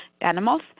animals